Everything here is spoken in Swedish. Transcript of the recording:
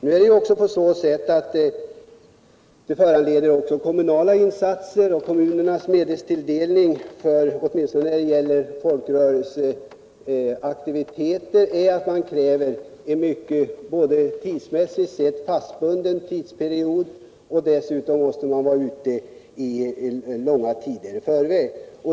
På det här området förekommer också kommunala insatser, men kommunerna kräver för medelstilldelning, åtminstone när det gäller folkrörelseaktiviteter, en mycket fastbunden tidsperiod, och dessutom måste man vara ute långa tider i förväg.